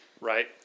right